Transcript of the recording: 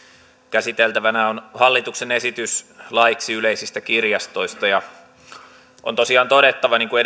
käsiteltävänä on hallituksen esitys laeiksi yleisistä kirjastoista ja on tosiaan todettava niin kuin